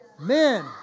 men